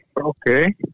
Okay